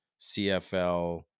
CFL